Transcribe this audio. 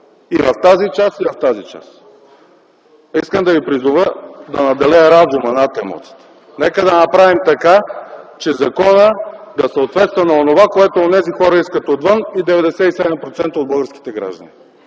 и в тази част, и в тази част (сочи вляво и вдясно). Искам да надделее разумът над емоцията. Нека да направим така, че законът да съответства на онова, което онези хора искат отвън и 97% от българските граждани.